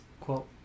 quote